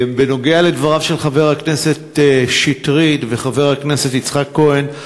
בנוגע לדבריהם של חבר הכנסת שטרית ושל חבר הכנסת יצחק כהן,